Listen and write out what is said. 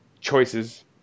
choices